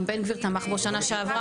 גם בן גביר תמך בו בשנה שעברה,